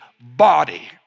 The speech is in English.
body